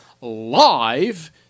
live